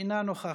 אינה נוכחת.